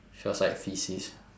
she was like faeces